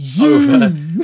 over